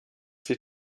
sich